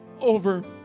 over